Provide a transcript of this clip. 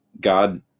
God